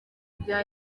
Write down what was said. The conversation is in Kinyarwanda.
rya